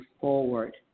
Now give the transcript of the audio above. forward